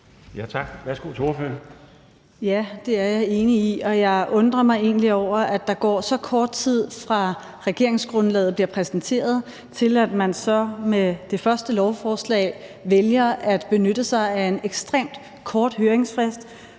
Pernille Vermund (NB): Ja, det er jeg enig i. Og jeg undrer mig egentlig over, at der går så kort tid, fra regeringsgrundlaget bliver præsenteret, til man så med det første lovforslag vælger at benytte sig af en ekstremt kort høringsfrist